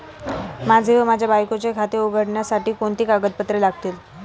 माझे व माझ्या बायकोचे खाते उघडण्यासाठी कोणती कागदपत्रे लागतील?